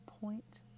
point